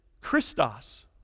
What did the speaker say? Christos